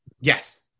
Yes